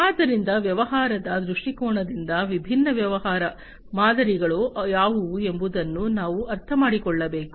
ಆದ್ದರಿಂದ ವ್ಯವಹಾರದ ದೃಷ್ಟಿಕೋನದಿಂದ ವಿಭಿನ್ನ ವ್ಯವಹಾರ ಮಾದರಿಗಳು ಯಾವುವು ಎಂಬುದನ್ನು ನಾವು ಅರ್ಥಮಾಡಿಕೊಳ್ಳಬೇಕು